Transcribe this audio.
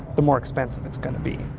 the more expensive it's going to be.